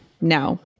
now